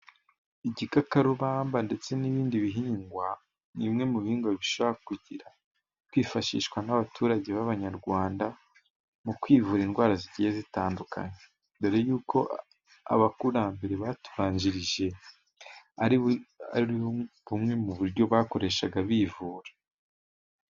Igikakarubamba ndetse n'ibindi bihingwa, ni bimwe mu bihingwa bishobora kugira, kwifashishwa n'abaturage b'abanyarwanda, mu kwivura indwara zigiye zitandukanye. Dore y'uko abakurambere batubanjirije, ari bumwe mu buryo bakoreshaga bivura.